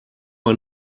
man